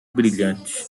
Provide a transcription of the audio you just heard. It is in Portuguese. brilhante